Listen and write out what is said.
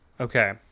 Okay